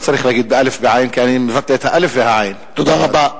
תודה רבה.